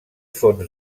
fons